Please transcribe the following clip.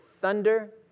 thunder